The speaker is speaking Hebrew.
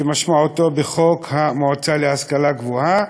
כמשמעותו בחוק המועצה להשכלה הגבוהה,